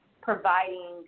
providing